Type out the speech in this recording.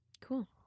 Cool